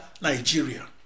Nigeria